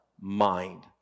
Mind